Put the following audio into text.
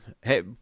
Hey